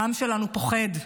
העם שלנו פוחד.